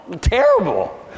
Terrible